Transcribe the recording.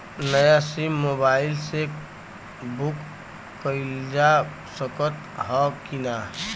नया sim mobile से book कइलजा सकत ह कि ना?